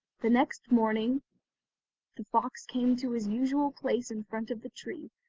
the next morning the fox came to his usual place in front of the tree,